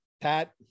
Pat